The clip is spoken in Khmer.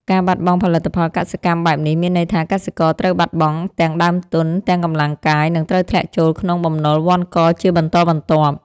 ការបាត់បង់ផលិតផលកសិកម្មបែបនេះ មានន័យថាកសិករត្រូវបាត់បង់ទាំងដើមទុន ទាំងកម្លាំងកាយ និងត្រូវធ្លាក់ចូលក្នុងបំណុលវណ្ឌកជាបន្តបន្ទាប់។